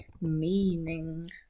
meaning